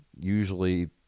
usually